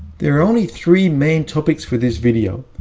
there are only three main topics for this video,